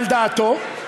על דעתו.